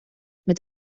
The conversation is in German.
mit